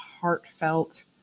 heartfelt